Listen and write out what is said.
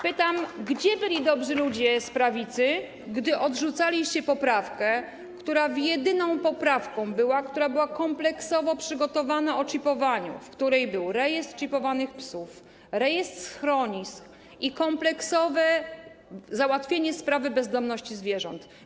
Pytam: Gdzie byli dobrzy ludzie z prawicy, gdy odrzucaliście poprawkę, która była jedyną poprawką, która była kompleksowo przygotowana, która dotyczyła czipowania, w której był rejestr czipowanych psów, rejestr schronisk i kompleksowe załatwienie sprawy bezdomności zwierząt?